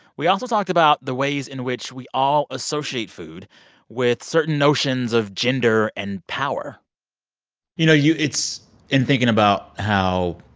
we also talked about the ways in which we also associate food with certain notions of gender and power you know, you it's in thinking about how